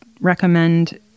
recommend